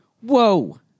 Whoa